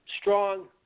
strong